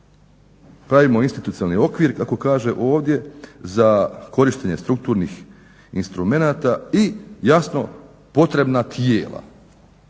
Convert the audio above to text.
Pravimo institucionalni okvir kako kaže ovdje za korištenje strukturnih instrumenata i jasno potrebna tijela.